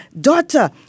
daughter